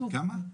כמה?